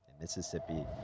mississippi